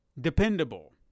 dependable